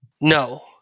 No